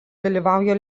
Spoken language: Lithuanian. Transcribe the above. dalyvauja